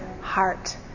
heart